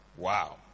Wow